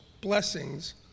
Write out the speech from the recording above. blessings